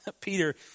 Peter